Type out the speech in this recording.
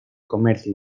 comercio